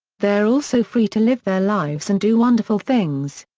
they're also free to live their lives and do wonderful things.